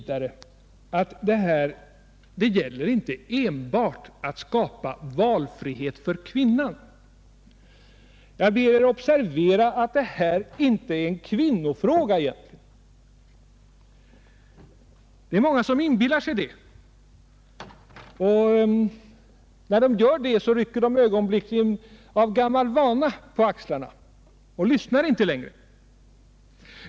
Det gäller inte enbart att skapa valfrihet för kvinnan. Jag ber er observera att det här egentligen inte är en kvinnofråga. Många inbillar sig det, och de rycker ögonblickligen av gammal vana på axlarna och lyssnar inte längre.